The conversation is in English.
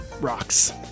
rocks